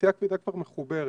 התעשייה הכבדה כבר מחוברת.